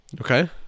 Okay